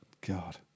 God